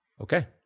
Okay